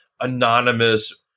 anonymous